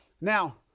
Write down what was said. Now